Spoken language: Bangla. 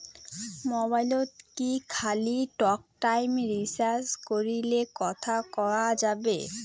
মোবাইলত কি খালি টকটাইম রিচার্জ করিলে কথা কয়া যাবে?